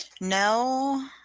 No